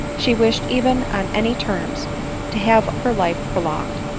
she wished even on any terms to have her life prolonged.